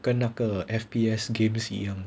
跟那个 F_P_S games 一样